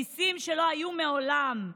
מיסים שלא היו מעולם.